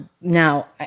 now